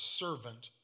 servant